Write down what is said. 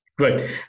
right